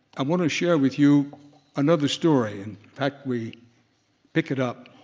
i want to share with you another story. in fact we pick it up,